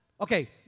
Okay